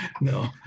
no